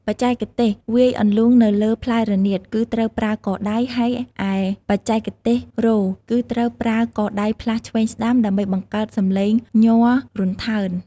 បច្ចេកទេសវាយអន្លូងទៅលើផ្លែរនាតគឺត្រូវប្រើកដៃ ហើយឯបច្ចេកទេសរោទ៍ គឺត្រូវប្រើកដៃផ្លាស់ឆ្វេងស្តាំដើម្បីបង្កើតសំឡេងញ័ររន្ថើន។